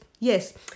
Yes